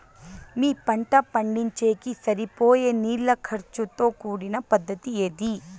మీ పంట పండించేకి సరిపోయే నీళ్ల ఖర్చు తో కూడిన పద్ధతి ఏది?